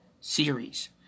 series